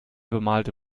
bemalte